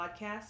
podcasts